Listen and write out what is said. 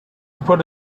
put